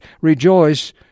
rejoice